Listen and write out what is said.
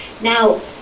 Now